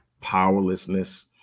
powerlessness